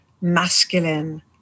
masculine